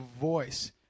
voice